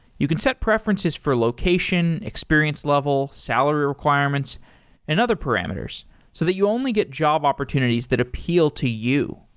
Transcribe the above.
you can set preferences for location, experience level, salary requirements and other parameters so that you only get job opportunities that appeal to you.